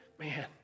Man